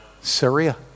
Syria